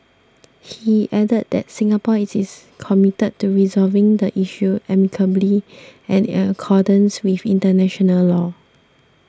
he added that Singapore is is committed to resolving the issue amicably and in accordance with international law